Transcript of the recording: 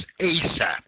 ASAP